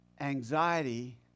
anxiety